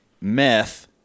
meth